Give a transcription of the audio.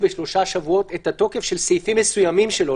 בשלושה שבועות את התוקף של סעיפים מסוימים שלו,